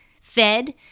fed